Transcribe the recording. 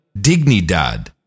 Dignidad